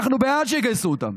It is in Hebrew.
אנחנו בעד שיגייסו אותם,